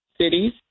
cities